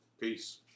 Peace